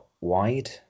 wide